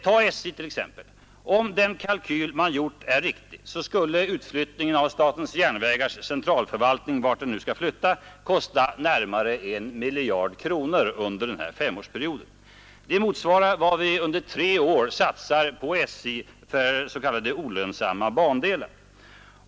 Ta t.ex. SJ! Om den kalkyl man gjort är riktig skulle utflyttningen av statens järnvägars centralförvaltning — vart den nu skall flytta — kosta närmare en miljard kronor under denna femårsperiod. Det motsvarar nästan vad vi under tre år ger SJ för s.k. olönsamma bandelar.